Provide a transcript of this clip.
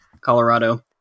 Colorado